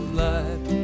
life